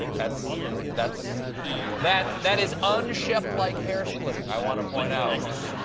that's that's that that is unshep-like hair splitting, i want to point out.